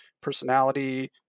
personality